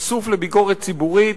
חשוף לביקורת ציבורית,